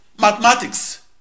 mathematics